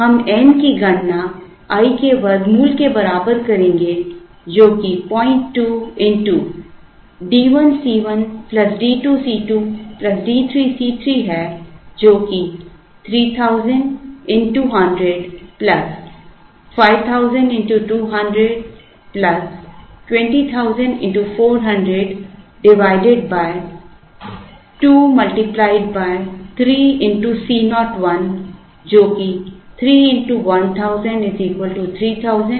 हम n की गणना i के वर्गमूल के बराबर करेंगे जो कि 02 x d 1 C 1 d 2 C 2 d 3 C 3 है जो कि 3000 x100 plus 5000 x 200 plus 20000 x 400 2 गुणा जो कि 3 x 1000 3000 एक और 3000 है